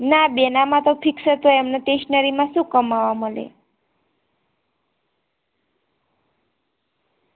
ના બેન આમાં તો ફિક્સ છે તોય અમને સ્ટેશનરીમાં શું કમાવવા મળે